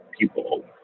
people